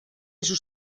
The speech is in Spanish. sus